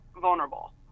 vulnerable